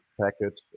package